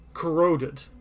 Corroded